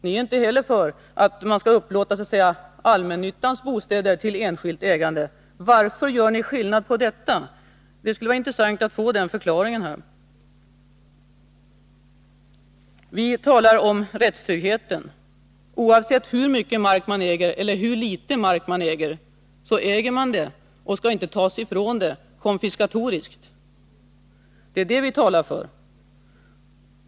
Ni är inte heller för att man skall få upplåta allmännyttans bostäder till enskilt ägande. Varför gör ni skillnad på detta? Det skulle vara intressant att få en förklaring här. Vi talar om rättstryggheten. Oavsett hur mycket eller hur litet mark man äger så äger man den, och den skall inte tas ifrån en konfiskatoriskt. Det är det vi talar för.